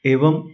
एवं